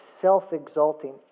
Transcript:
self-exalting